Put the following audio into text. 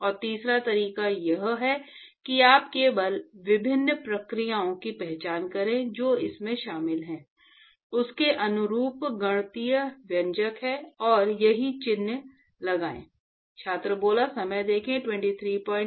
और तीसरा तरीका यह है कि आप केवल विभिन्न प्रक्रियाओं की पहचान करें जो इसमें शामिल हैं उसके अनुरूप गणितीय व्यंजक क्या है और सही चिह्न लगाएं